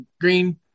Green